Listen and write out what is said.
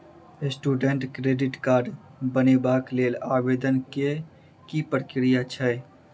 Student credit card बनेबाक लेल आवेदन केँ की प्रक्रिया छै?